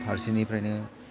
फारसेनिफ्रायनो